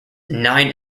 nine